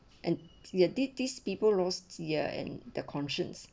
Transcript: and ya di this people lost ya and the conscience